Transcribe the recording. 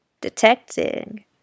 Detecting